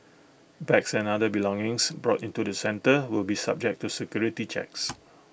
bags and other belongings brought into the centre will be subject to security checks